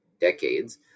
decades